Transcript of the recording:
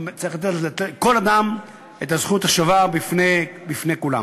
צריך לתת לכל אדם את הזכות השווה בפני כולם.